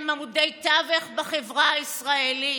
הם עמודי תווך בחברה הישראלית,